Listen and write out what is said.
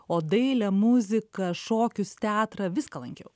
o dailę muziką šokius teatrą viską lankiau